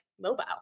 mobile